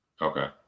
okay